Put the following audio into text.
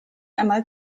einmal